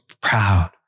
proud